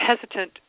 hesitant